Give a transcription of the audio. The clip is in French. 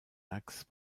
axe